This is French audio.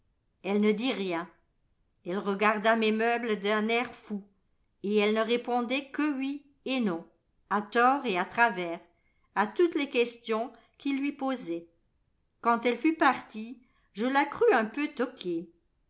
elle ne dit rien elle regarda mes meubles d'un air fou et elle ne répondait que oui et non à tort et à travers à toutes les questions qu'il lui posait quand elle fut partie je la crus un peu toquée